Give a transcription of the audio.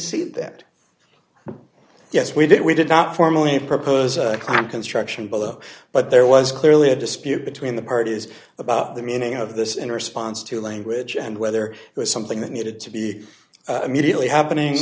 see that yes we did we did not formally propose crime construction below but there was clearly a dispute between the parties about the meaning of this in response to language and whether it was something that needed to be immediately happening